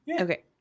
okay